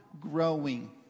growing